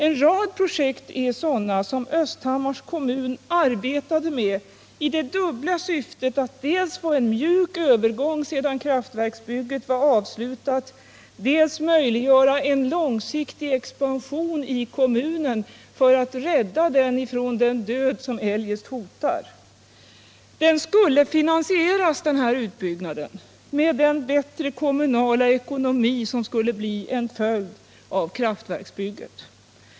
En rad projekt är sådana som Östhammars kommun arbetade med i det dubbla syftet att dels få en mjuk övergång sedan kraftverksbygget var avslutat, dels möjliggöra en långsiktig expansion i kommunen för att rädda den ifrån den död som eljest hotar. Den här utbyggnaden skulle finansieras med den bättre kommunala ekonomi som skulle bli följden av kraftverksbygget.